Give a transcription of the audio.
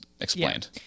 explained